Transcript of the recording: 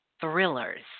thrillers